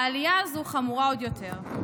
העלייה הזאת חמורה עוד יותר.